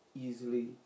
easily